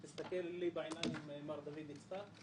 כשמדובר בבחינות גם בתוך הגוף הזה אני יוצר עוד הפרדה